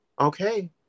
Okay